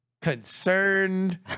concerned